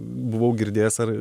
buvau girdėjęs ar